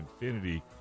Infinity